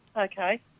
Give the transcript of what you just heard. Okay